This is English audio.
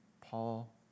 Paul